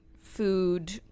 food